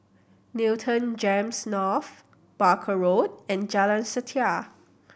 Newton GEMS North Barker Road and Jalan Setia